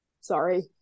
sorry